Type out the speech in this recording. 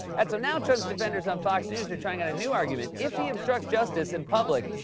and so now trump's defenders on fox news are trying out a new argument. if he obstructs justice in public,